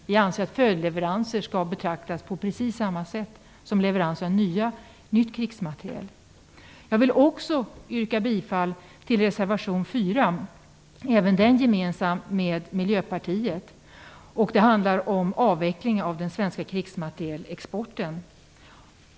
Vi anser att följdleveranser skall betraktas på precis samma sätt som nya leveranser av krigsmateriel. Jag vill också yrka bifall till reservation 4, även den gemensam med Miljöpartiet. Den handlar om avveckling av den svenska krigsmaterielexporten.